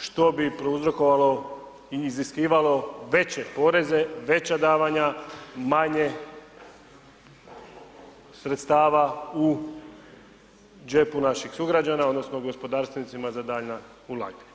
što bi prouzrokovalo i iziskivalo veće poreze, veća davanja, manje sredstava u džepu naših sugrađana odnosno gospodarstvenicima za daljnja ulaganja.